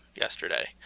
yesterday